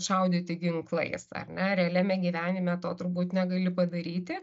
šaudyti ginklais ar ne realiame gyvenime to turbūt negali padaryti